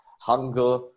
hunger